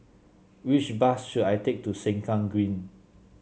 which bus should I take to Sengkang Green